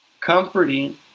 comforting